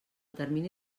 termini